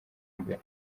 imbere